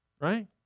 right